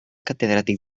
catedràtic